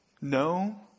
No